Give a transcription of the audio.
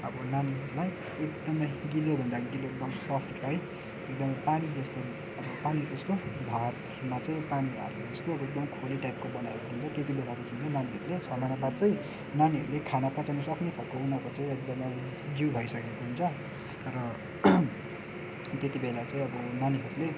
अब नानीहरूलाई एकदमै गिलोभन्दा गिलो एकदम सफ्ट है एकदमै पानीजस्तो पानीजस्तो भातमा चाहिँ पानी हालेर उसको एकदमै खोले टाइपको बनाएर दिन्छ त्यति बेलादेखि चाहिँ नानीहरूले छ महिना बाद चाहिँ नानीहरूले खाना पचाउन सक्ने खालको उनीहरूको चाहिँ एकदमै जिउ भइसकेको हुन्छ र त्यति बेला चाहिँ अब नानीहरूले